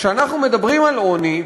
כשאנחנו מדברים על עוני,